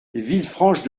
villefranche